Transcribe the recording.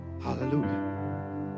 Hallelujah